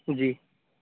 جی